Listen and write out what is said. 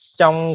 trong